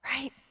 right